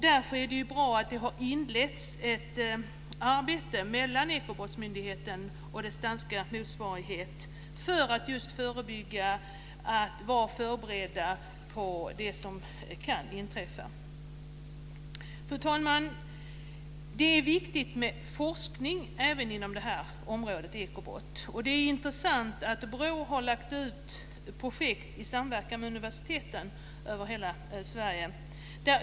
Därför är det bra att det har inletts ett samarbete mellan Ekobrottsmyndigheten och dess danska motsvarighet för att man just ska kunna förebygga och för att man ska vara förberedd på det som kan inträffa. Fru talman! Det är viktigt med forskning även inom ekobrottsområdet. Det är intressant att BRÅ har lagt ut projekt i samverkan med universiteten över hela Sverige.